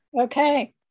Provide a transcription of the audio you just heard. Okay